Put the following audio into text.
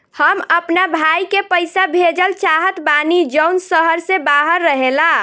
हम अपना भाई के पइसा भेजल चाहत बानी जउन शहर से बाहर रहेला